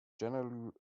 generally